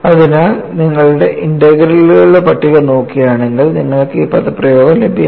അതിനാൽ നിങ്ങൾ ഇന്റഗ്രലുകളുടെ പട്ടിക നോക്കുകയാണെങ്കിൽ നിങ്ങൾക്ക് ഈ പദപ്രയോഗം ലഭ്യമാണ്